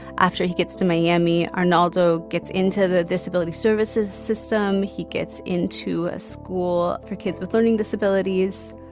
after he gets to miami, arnaldo gets into the disability services system. he gets into a school for kids with learning disabilities.